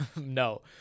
No